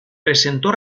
presentó